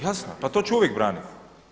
Jasno, pa to ću uvijek braniti.